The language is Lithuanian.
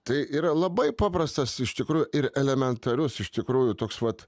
tai yra labai paprastas iš tikrųjų ir elementarus iš tikrųjų toks vat